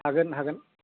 हागोन हागोन